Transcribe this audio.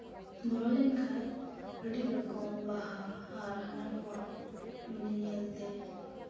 ᱵᱚᱞᱚ ᱞᱮᱱᱠᱷᱟᱡ ᱟᱹᱰᱤ ᱨᱚᱠᱚᱢ ᱵᱟᱦᱟ ᱟᱨ ᱦᱟᱱᱟ ᱱᱚᱣᱟ ᱢᱟᱱᱮ ᱧᱮᱞᱛᱮ